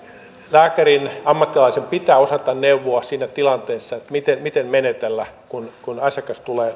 lääkärin ammattilaisen pitää osata neuvoa miten miten menetellä siinä tilanteessa kun asiakas tulee